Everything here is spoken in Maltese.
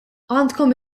għandkom